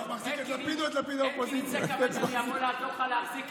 לא, אי-אפשר, אני אפילו לא יכול להגיב לו,